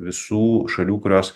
visų šalių kurios